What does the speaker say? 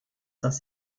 das